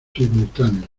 simultáneos